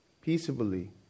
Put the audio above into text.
peaceably